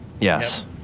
Yes